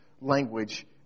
language